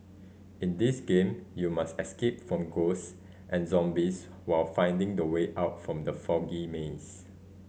in this game you must escape from ghosts and zombies while finding the way out from the foggy maze